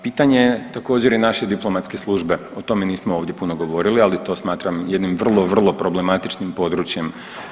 Pitanje također i naše diplomatske službe, o tome nismo ovdje puno govorili, ali to smatram jednim vrlo, vrlo problematičnim područjem.